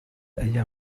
أيام